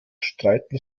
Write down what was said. streiten